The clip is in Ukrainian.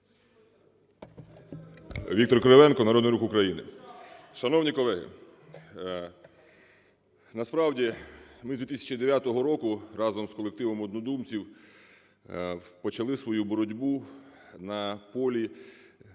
Віктор Кривенко, "Народний рух України". Шановні колеги, насправді ми з 2009 року разом з колективом однодумців почали свою боротьбу на полі